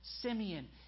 Simeon